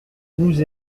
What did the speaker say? nous